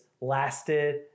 lasted